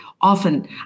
often